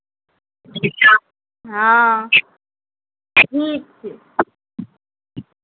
हँ ठीक छै